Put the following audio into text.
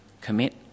commit